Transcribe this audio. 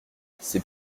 c’est